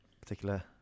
particular